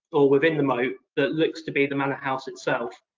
or within the moat, that looks to be the manor house itself.